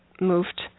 moved